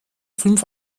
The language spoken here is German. fünf